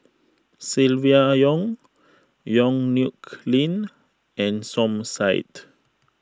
Silvia Yong Yong Nyuk Lin and Som Said